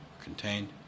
Contained